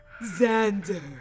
Xander